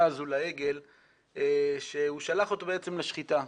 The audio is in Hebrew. הזו לעגל שהוא שלח אותו בעצם לשחיטה,